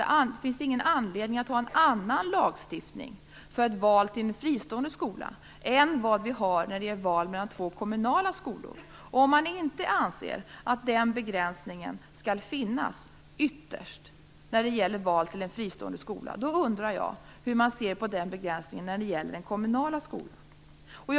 Det finns ingen anledning att ha en annan lagstiftning för ett val till en fristående skola än vad vi har när det gäller val mellan två kommunala skolor. Om man inte anser att den begränsningen skall finnas ytterst när det gäller val till en fristående skola undrar jag hur man ser på den begränsningen när det gäller den kommunala skolan.